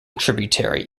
tributary